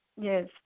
yes